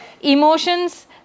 Emotions